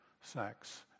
sex